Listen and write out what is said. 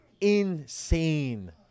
Insane